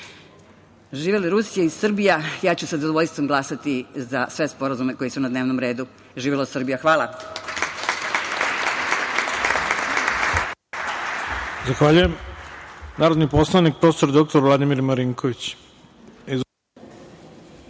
svega. Živela Rusija i Srbija. Ja ću sa zadovoljstvom glasati za sve sporazume koji su na dnevnom redu. Živela Srbija. Hvala.